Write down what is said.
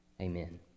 Amen